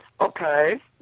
Okay